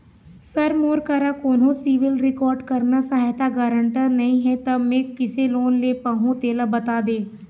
sir मोर करा कोन्हो सिविल रिकॉर्ड करना सहायता गारंटर नई हे ता मे किसे लोन ले पाहुं तेला बता दे